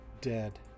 dead